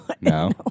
No